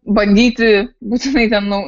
bandyti būtinai ten nu